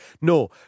No